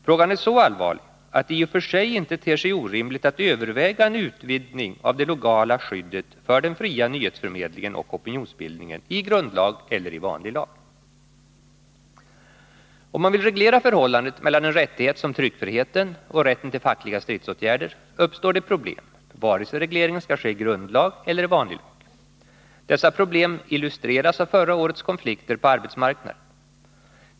Frågan är så allvarlig att det i och för sig inte ter sig orimligt att överväga en utvidgning av det legala skyddet för den fria nyhetsförmedlingen och opinionsbildningen, i grundlag eller i vanlig lag. Om man vill reglera förhållandet mellan en rättighet som tryckfriheten och rätten till fackliga stridsåtgärder, uppstår det problem vare sig regleringen skall ske i grundlag eller i vanlig lag. Dessa problem illustreras av förra årets konflikter på arbetsmarknaden.